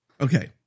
Okay